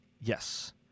Yes